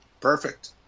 Perfect